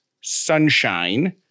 Sunshine